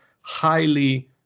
highly